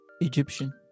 Egyptian